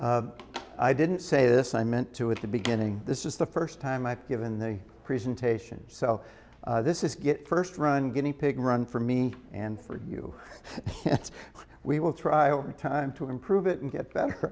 differently i didn't say this i meant to at the beginning this is the first time i've given the presentation so this is get first run guinea pig run for me and for you we will try over time to improve it and get better